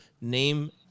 name